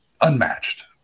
unmatched